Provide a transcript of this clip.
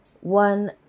one